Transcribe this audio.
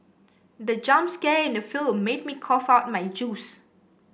the jump scare in the film made me cough out my juice